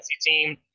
team